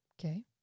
Okay